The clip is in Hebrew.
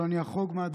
אבל אני אחרוג מדקה,